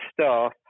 staff